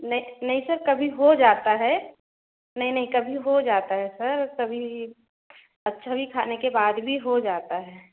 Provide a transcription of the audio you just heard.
नहीं नहीं सर कभी हो जाता है नहीं नहीं कभी हो जाता है सर कभी अच्छा भी खाने के बाद भी हो जाता है